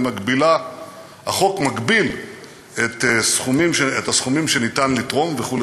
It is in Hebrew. החוק מגביל את הסכומים שמותר לתרום וכו'.